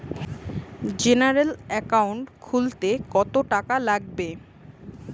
General account খুলতে কত টাকা লাগবে?